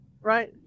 Right